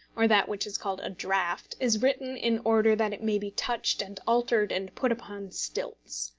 or that which is called a draft, is written in order that it may be touched and altered and put upon stilts.